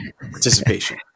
Participation